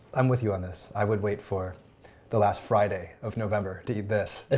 i'm with you on this i would wait for the last friday of november to eat this